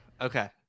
Okay